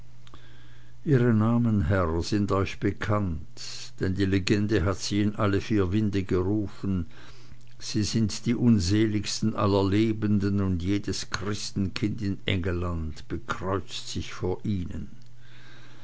ihre namen herr sind euch bekannt denn die legende hat sie in alle vier winde gerufen sie sind unseligsten aller lebenden und jedes christenkind in engelland bekreuzt sich vor ihnen